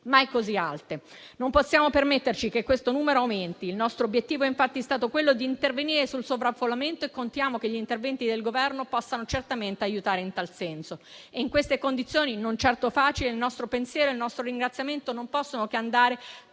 mai così alte. Non possiamo permetterci che questo numero aumenti. Il nostro obiettivo, infatti, è stato quello di intervenire sul sovraffollamento e contiamo che gli interventi del Governo possano certamente aiutare in tal senso. In queste condizioni, non certo facili, il nostro pensiero e il nostro ringraziamento non possono che andare